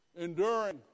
enduring